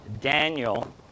Daniel